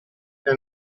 nel